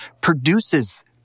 produces